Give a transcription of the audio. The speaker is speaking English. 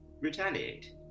retaliate